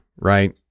right